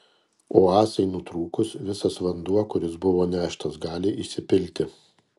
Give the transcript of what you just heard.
o ąsai nutrūkus visas vanduo kuris buvo neštas gali išsipilti